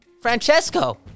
Francesco